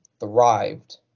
thrived